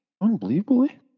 Unbelievably